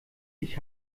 ich